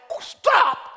stop